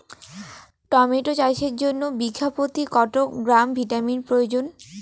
Tomato চাষের জন্য বিঘা প্রতি কত গ্রাম ভিটামিন প্রয়োজন?